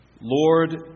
Lord